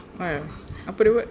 eh apa dia buat